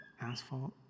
asphalt